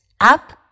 up